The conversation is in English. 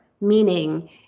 meaning